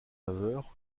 laveur